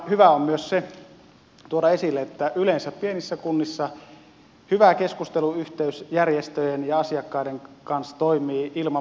hyvä on myös tuoda esille se että yleensä pienissä kunnissa hyvä keskusteluyhteys järjestöjen ja asiakkaiden kanssa toimii ilman muodollisia neuvostojakin